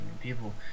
people